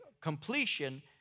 completion